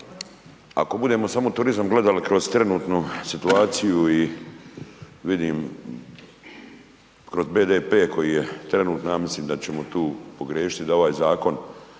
ako budemo samo turizam gledali kroz trenutnu situaciju i vidim kroz BDP koji je trenutno ja mislim da ćemo tu pogriješiti da ovaj zakon